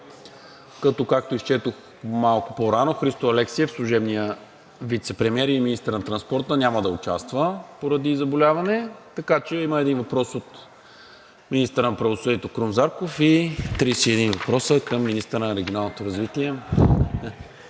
като, както изчетох малко по-рано, Христо Алексиев – служебният вицепремиер и министър на транспорта, няма да участва поради заболяване. Така че има един въпрос към министъра на правосъдието Крум Зарков и 31 въпроса към министъра на регионалното развитие